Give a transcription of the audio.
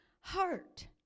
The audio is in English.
heart